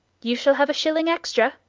you shall have a shilling extra.